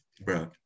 Bro